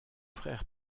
frère